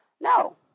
No